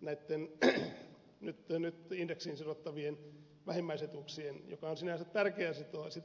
näitten nyt indeksiin sidottavien vähimmäisetuuksien jotka on sinänsä tärkeä sitoa indeksiin